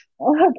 okay